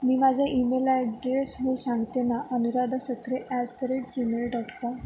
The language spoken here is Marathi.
मी माझा ईमेल ॲड्रेस हो सांगते ना Anuradha Satre at the rate Gmail dot com